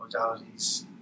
modalities